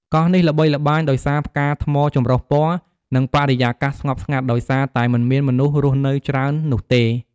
កោះនេះល្បីល្បាញដោយសារ ផ្កាថ្មចម្រុះពណ៌ និងបរិយាកាសស្ងប់ស្ងាត់ ដោយសារតែមិនមានមនុស្សរស់នៅច្រើននោះទេ។